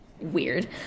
weird